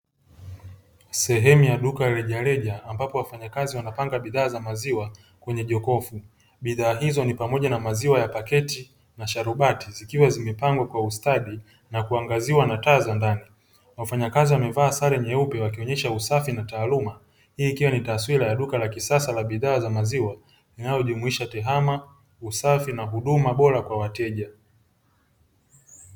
Sehemu ya duka la rejareja ambapo wafanyakazi wanapanga bidhaa za maziwa kwenye jokofu. Bidhaa hizo ni pamoja na maziwa ya paketi na sharubati zikiwa zimepangwa kwa ustadi na kuangaziwa na taa za ndani. Wafanyakazi wamevaa sare nyeupe wakionyesha usafi na taaluma. Hii ikiwa ni taswira ya duka la kisasa la bidhaa za maziwa linalojumuisha TEHAMA, usafi na huduma bora kwa wateja.